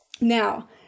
now